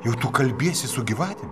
juk tu kalbiesi su gyvatėm